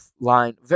line